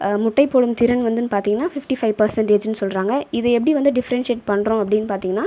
முட்டை போடும் திறன் வந்து பார்த்திங்கன்னா ஃபிஃப்டி ஃபைவ் பெர்சண்டேஜ்னு சொல்கிறாங்க இது எப்படி வந்து டிஃபரன்ஷியேட் பண்ணுறோம் அப்படி பார்த்திங்கன்னா